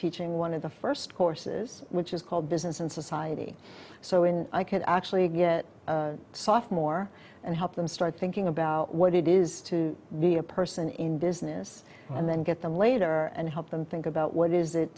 teaching one of the first courses which is called business and society so in i could actually get sophomore and help them start thinking about what it is to be a person in business and then get them later and help them think about what is it